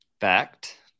Fact